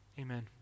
Amen